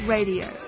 Radio